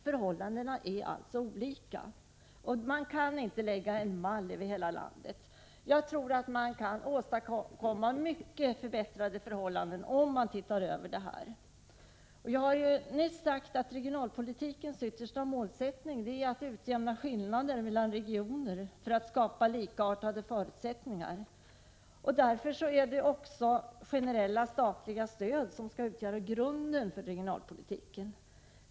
Förhållandena är alltså olika, och man kan inte lägga en mall över hela landet. Jag tror att man kan åstadkomma förbättrade förhållanden, om man ser över vad som kan göras för småföretagarna. Som jag nyss sade är regionalpolitikens yttersta målsättning att utjämna skillnader mellan regioner för att skapa likartade förutsättningar. Därför är det också generella statliga stöd som skall utgöra grunden för regionalpolitiken.